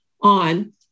on